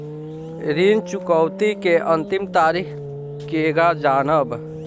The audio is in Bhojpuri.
ऋण चुकौती के अंतिम तारीख केगा जानब?